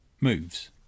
moves